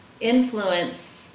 influence